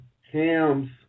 Ham's